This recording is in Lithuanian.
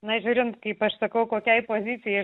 nežiūrint kaip aš sakau kokiai pozicijai